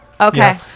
Okay